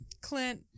Clint